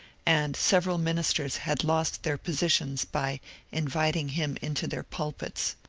and several ministers had lost their positions by inviting him into their pulpits.